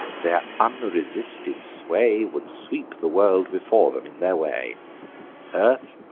their unresisted sway would sweep the world before them in their way earth,